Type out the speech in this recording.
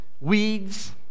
weeds